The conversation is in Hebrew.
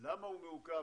למה מעוכב,